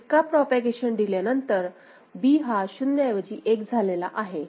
एका propagation delay नंतर B हा 0 ऐवजी 1 झालेला आहे